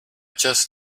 just